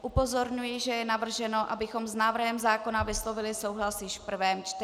Upozorňuji, že je navrženo, abychom s návrhem zákona vyslovili souhlas už v prvém čtení.